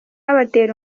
abatera